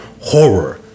horror